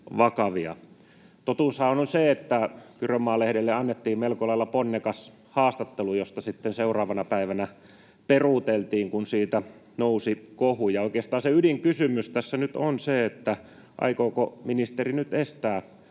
Totuushan on se, että Kyrönmaa-lehdelle annettiin melko lailla ponnekas haastattelu, josta sitten seuraavana päivänä peruuteltiin, kun siitä nousi kohu, ja oikeastaan se ydinkysymys tässä nyt on se, aikooko ministeri nyt estää